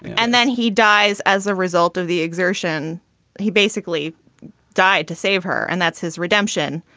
and then he dies as a result of the exertion he basically died to save her. and that's his redemption.